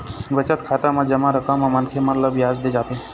बचत खाता म जमा रकम म मनखे ल बियाज दे जाथे